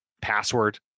password